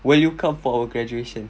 will you come for our graduation